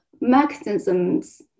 mechanisms